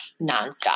nonstop